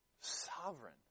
sovereign